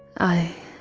i